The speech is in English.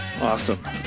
Awesome